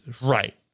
Right